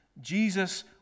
Jesus